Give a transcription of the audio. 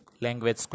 language